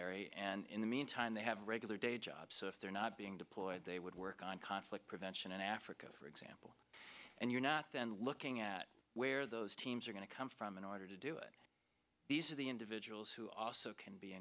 y and in the meantime they have regular day jobs so if they're not being deployed they would work on conflict prevention in africa for example and you're not then looking at where those teams are going to come from in order to do it these are the individuals who also can be